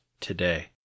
today